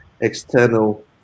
external